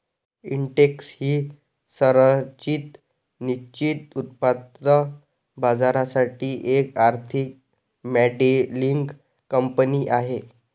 Intex ही संरचित निश्चित उत्पन्न बाजारासाठी एक आर्थिक मॉडेलिंग कंपनी आहे